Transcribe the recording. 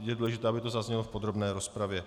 Je důležité, aby to zaznělo v podrobné rozpravě.